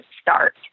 start